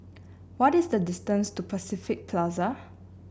what is the distance to Pacific Plaza